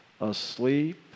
asleep